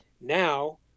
now